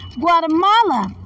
Guatemala